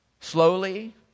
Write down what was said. Slowly